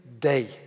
day